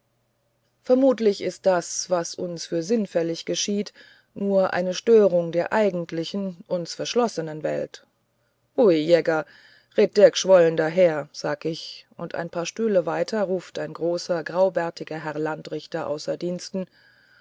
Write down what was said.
vermutlich ist das was für uns sinnfällig geschieht nur eine störung der eigentlichen uns verschlossenen welt ui jeger red't der g'schwollen daher sag ich und ein paar stühle weiter ruft ein großer graubärtiger herr landrichter außer diensten